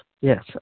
yes